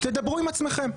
תדברו עם עצמכם.